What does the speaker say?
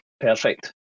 perfect